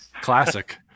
Classic